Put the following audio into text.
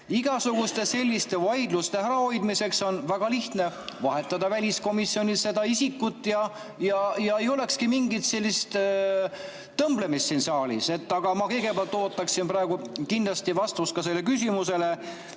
Igasuguste selliste vaidluste ärahoidmiseks oleks väga lihtne vahetada väliskomisjonis isikut, [keda saata,] siis ei olekski mingit sellist tõmblemist siin saalis. Aga ma kõigepealt ootan praegu kindlasti vastust sellele küsimusele,